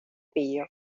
pillo